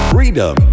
Freedom